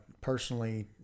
personally